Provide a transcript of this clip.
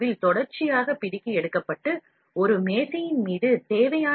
பின்னர் அது ஒரு மேசையின் மேல் வைக்கப்படும் பின்னர் அதை மீண்டும் மீண்டும் செய்வதன் மூலம் அளவு குறைகிறது